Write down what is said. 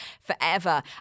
forever